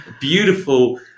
beautiful